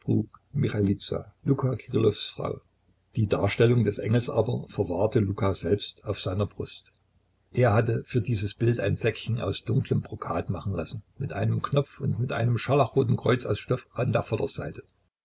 kirillows frau die darstellung des engels aber verwahrte luka selbst auf seiner brust er hatte für dieses bild ein säckchen aus dunklem brokat machen lassen mit einem knopf und mit einem scharlachroten kreuz aus stoff an der vorderseite